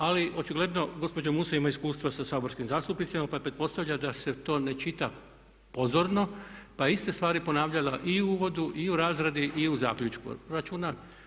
Ali očigledno gospođa Musa ima iskustva sa saborskim zastupnicima pa pretpostavlja da se to ne čita pozorno, pa je iste stvari ponavljala i u uvodu i u razradi i u zaključku od proračuna.